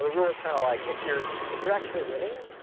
the rule is kind of like, if you're if you're actually winning,